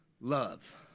love